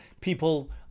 People